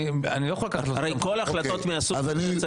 הרי כל החלטות מהסוג הזה,